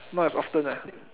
not as often